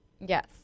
Yes